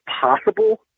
possible